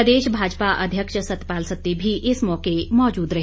प्रदेश भाजपा अध्यक्ष सतपाल सत्ती भी इस मौके मौजूद रहे